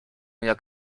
jak